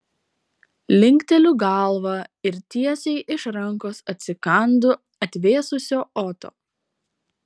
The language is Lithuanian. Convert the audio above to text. linkteliu galvą ir tiesiai iš rankos atsikandu atvėsusio oto